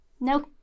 No